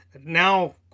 Now